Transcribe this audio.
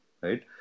right